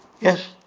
Yes